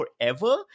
forever